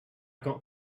got